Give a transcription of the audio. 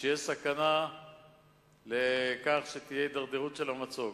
שיש סכנה בהם שתהיה הידרדרות של המצוק.